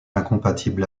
incompatible